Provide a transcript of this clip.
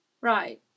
Right